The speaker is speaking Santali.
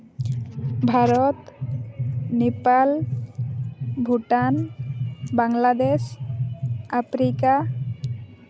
ᱵᱷᱟᱨᱚᱛ ᱱᱮᱯᱟᱞ ᱵᱷᱩᱴᱟᱱ ᱵᱟᱝᱞᱟᱫᱮᱥ ᱟᱯᱷᱨᱤᱠᱟ